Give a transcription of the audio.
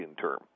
term